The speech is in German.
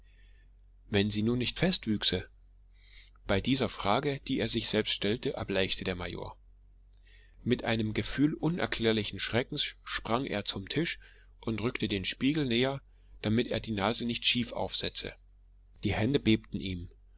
wenn sie nun nicht festwüchse bei dieser frage die er sich selbst stellte erbleichte der major mit einem gefühl unerklärlichen schreckens sprang er zum tisch und rückte den spiegel näher damit er die nase nicht schief aufsetze die hände bebten ihm